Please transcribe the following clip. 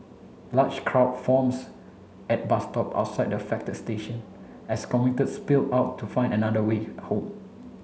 large crowd forms at bus stops outside the affected station as commuters spilled out to find another way home